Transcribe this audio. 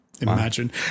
Imagine